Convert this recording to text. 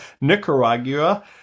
Nicaragua